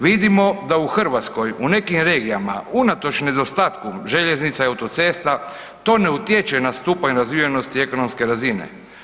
Vidimo da u Hrvatskoj u nekim regijama, unatoč nedostatku željeznica i autocesta, to ne utječe na stupanj razvijenosti ekonomske razine.